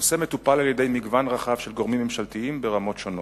הנושא מטופל על-ידי מגוון רחב של גורמים ממשלתיים ברמות שונות.